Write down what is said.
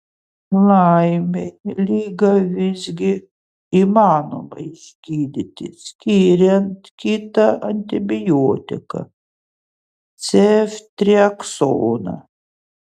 laimei ligą visgi įmanoma išgydyti skiriant kitą antibiotiką ceftriaksoną